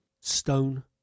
Stone